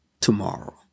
tomorrow